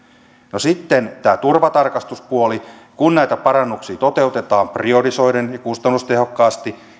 no sitten tämä turvatarkastuspuoli kun näitä parannuksia toteutetaan priorisoiden ja kustannustehokkaasti